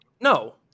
No